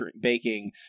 baking